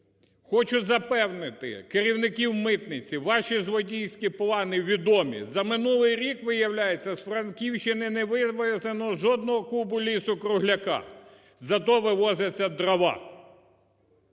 Хочу запевнити керівників митниці: ваші злодійські плані відомі. За минулий рік, виявляється, з Франківщини не вивезено жодного кубу лісу-кругляка, зате виводяться дрова.